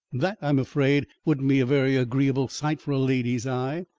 that, i'm afraid, wouldn't be a very agreeable sight for a lady's eye.